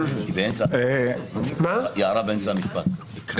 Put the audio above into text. יערה באמצע המשפט.